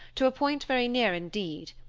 to a point very near indeed.